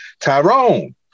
Tyrone